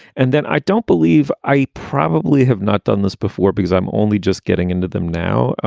and then i don't believe i probably have not done this before because i'm only just getting into them now.